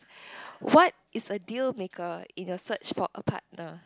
what is a dealmaker in your search for a partner